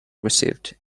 received